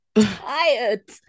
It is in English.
tired